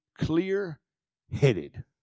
clear-headed